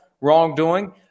wrongdoing